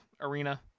arena